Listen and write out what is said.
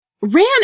ran